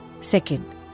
Second